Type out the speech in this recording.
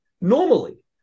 normally